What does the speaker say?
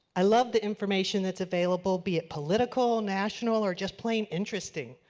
i love the information that is available, be it political, national or just plain interesting.